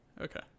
Okay